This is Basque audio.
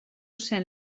zuen